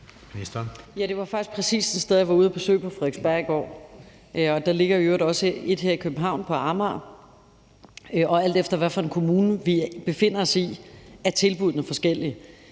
faktisk præcis sådan et sted, jeg var ude at besøge på Frederiksberg i går. Der ligger i øvrigt også et her i København, på Amager. Og alt efter hvad for en kommune vi befinder os i, er tilbuddene forskellige.